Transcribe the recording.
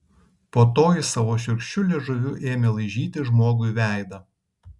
po to jis savo šiurkščiu liežuviu ėmė laižyti žmogui veidą